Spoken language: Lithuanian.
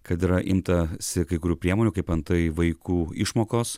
kad yra imtasi kai kurių priemonių kaip antai vaikų išmokos